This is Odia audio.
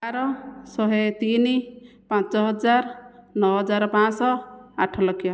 ଆର ଶହେ ତିନି ପାଞ୍ଚ ହଜାର ନଅ ହଜାର ପାଞ୍ଚଶହ ଆଠ ଲକ୍ଷ